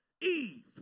Eve